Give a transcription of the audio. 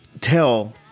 tell